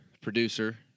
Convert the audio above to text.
producer